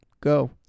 Go